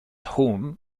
whom